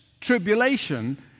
tribulation